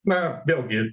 na vėlgi